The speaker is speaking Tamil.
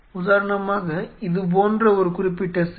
உதாரணமாக இது போன்ற ஒரு குறிப்பிட்ட செல்